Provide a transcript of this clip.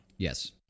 Yes